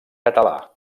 català